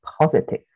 positive